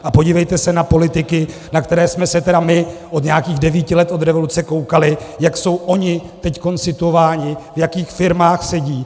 A podívejte se na politiky, na které jsme se tedy my od nějakých devíti let od revoluce koukali, jak jsou oni teď situováni, v jakých firmách sedí.